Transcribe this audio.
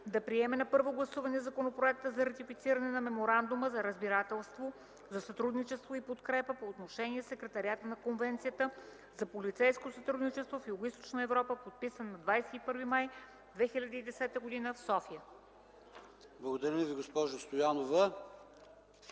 да приеме на първо гласуване Законопроекта за ратифициране на Меморандума за разбирателство за сътрудничество и подкрепа по отношение Секретариата на Конвенцията за полицейско сътрудничество в Югоизточна Европа, подписан на 21 май 2010 г. в София.” ПРЕДСЕДАТЕЛ ПАВЕЛ ШОПОВ: Благодаря Ви, госпожо Стоянова.